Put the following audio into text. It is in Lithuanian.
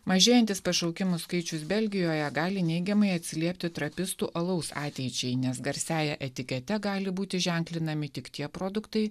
mažėjantis pašaukimų skaičius belgijoje gali neigiamai atsiliepti trapistų alaus ateičiai nes garsiąja etikete gali būti ženklinami tik tie produktai